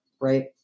right